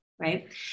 right